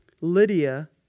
Lydia